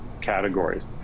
categories